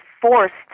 forced